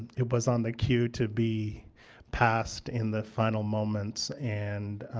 it was on the queue to be passed in the final moments and